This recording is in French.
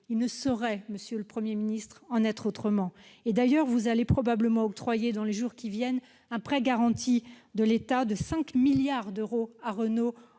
Il ne saurait en être autrement. D'ailleurs, vous allez probablement octroyer dans les jours qui viennent un prêt garanti de l'État de 5 milliards d'euros à Renault